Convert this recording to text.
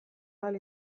ahal